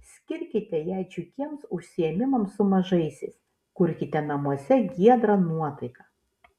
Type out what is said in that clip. skirkite ją džiugiems užsiėmimams su mažaisiais kurkite namuose giedrą nuotaiką